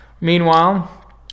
Meanwhile